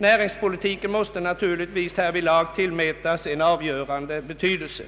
Näringspolitiken måste naturligtvis härvidlag tillmätas en avgörande betydelse.